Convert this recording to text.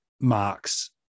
marks